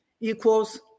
equals